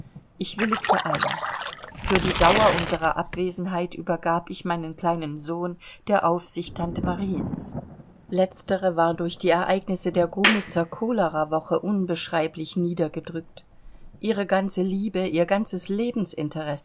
ich willigte ein für die dauer unserer abwesenheit übergab ich meinen kleinen sohn der aufsicht tante mariens letztere war durch die ereignisse der grumitzer cholerawoche unbeschreiblich niedergedrückt ihre ganze liebe ihr ganzes